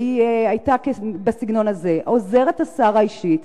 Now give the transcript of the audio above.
והיא היתה בסגנון הזה: עוזרת השר האישית